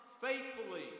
faithfully